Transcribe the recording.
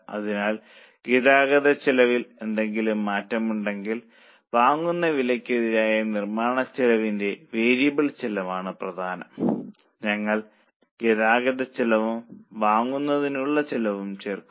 അതിനാൽ ഗതാഗതച്ചെലവിൽ എന്തെങ്കിലും മാറ്റമുണ്ടെങ്കിൽ വാങ്ങുന്ന വിലയ്ക്കെതിരായ നിർമ്മാണച്ചെലവിന്റെ വേരിയബിൾ ചെലവാണ് പ്രധാനം ഞങ്ങൾ ഗതാഗതച്ചെലവും വാങ്ങുന്നതിനുള്ള ചെലവും ചേർക്കും